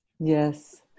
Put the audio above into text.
Yes